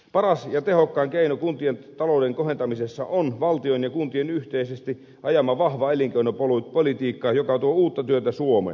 paras ja tehokkain keino kuntien talouden kohentamisessa on valtion ja kuntien yhteisesti ajama vahva elinkeinopolitiikka joka tuo uutta työtä suomeen